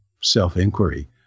self-inquiry